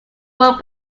work